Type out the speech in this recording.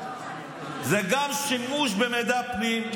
זה גם שימוש במידע פנים,